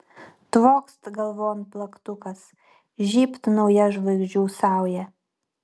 tvokst galvon plaktukas žybt nauja žvaigždžių sauja